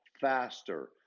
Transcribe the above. faster